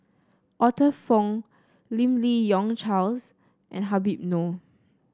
Arthur Fong Lim Li Yong Charles and Habib Noh